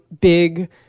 big